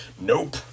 Nope